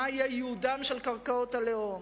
מה יהיה ייעודן של קרקעות הלאום.